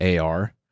AR